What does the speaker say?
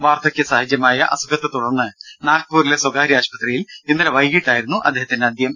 വാർദ്ധക്യ സഹജമായ അസുഖത്തെ തുടർന്ന് നാഗ്പൂരിലെ സ്വകാര്യ ആശുപത്രിയിൽ ഇന്നലെ വൈകീട്ടായിരുന്നു അദ്ദേഹത്തിന്റെ അന്ത്യം